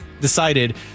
Decided